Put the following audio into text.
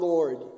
Lord